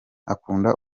akunda